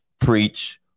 preach